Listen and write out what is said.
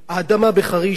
שייכת גם לי,